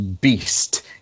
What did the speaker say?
beast